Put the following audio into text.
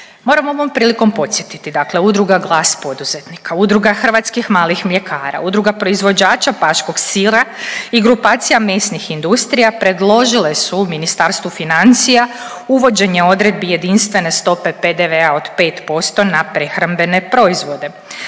Moram ovom prilikom podsjetiti, dakle Udruga „Glas poduzetnika“, Udruga hrvatskih malih mljekara, Udruga proizvođača paškog sira i grupacija mesnih industrija predložile su Ministarstvu financija uvođenje odredbi jedinstvene stope PDV-a od 5% na prehrambene proizvode,